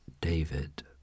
David